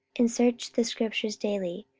and searched the scriptures daily,